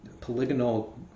polygonal